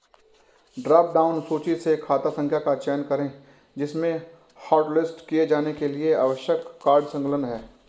drop down सूची से खाता संख्या का चयन करें जिसमें हॉटलिस्ट किए जाने के लिए आवश्यक कार्ड संलग्न है